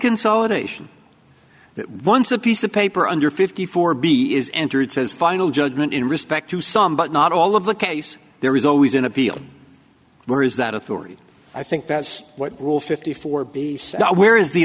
consolidation that once a piece of paper under fifty four b is entered says final judgment in respect to some but not all of the case there is always an appeal where is that authority i think that's what rule fifty four b so where is the